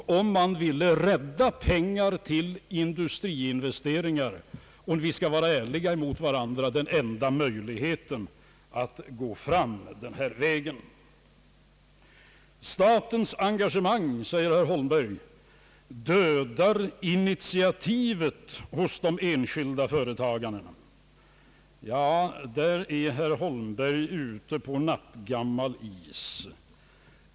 Om man ville rädda pengar till industriinvesteringar var det nog, om vi skall vara ärliga mot varandra, den enda möjligheten att gå fram den här vägen. Statens engagemang, säger herr Holmberg, »dödar initiativet» hos de enskilda företagarna. Ja, där är herr Holmberg ute på nattgammal is!